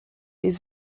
des